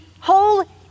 whole